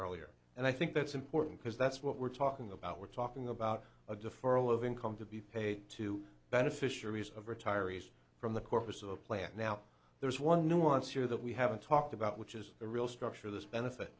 earlier and i think that's important because that's what we're talking about we're talking about a deferral of income to be paid to beneficiaries of retirees from the corpus of a plant now there's one nuance here that we haven't talked about which is the real structure of this benefit